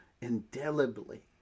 indelibly